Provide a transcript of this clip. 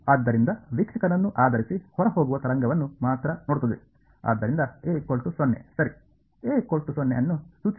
ಆದ್ದರಿಂದ ವೀಕ್ಷಕನನ್ನು ಆಧರಿಸಿ ಹೊರಹೋಗುವ ತರಂಗವನ್ನು ಮಾತ್ರ ನೋಡುತ್ತದೆ ಆದ್ದರಿಂದ ಸರಿ ಅನ್ನು ಸೂಚಿಸುತ್ತದೆ